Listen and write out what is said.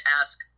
ask